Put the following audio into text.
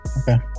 Okay